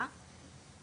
גבוהה.